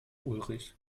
ulrich